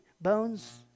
bones